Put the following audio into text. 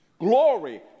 Glory